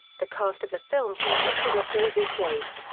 the cast of the film consisted of daveigh chase,